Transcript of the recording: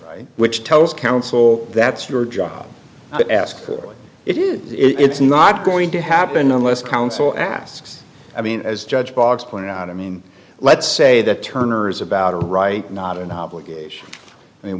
which tells counsel that's your job but ask what it is it's not going to happen unless counsel asks i mean as judge boggs pointed out i mean let's say that turner's about a right not an obligation i mean